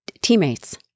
teammates